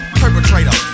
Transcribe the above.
perpetrator